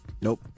Nope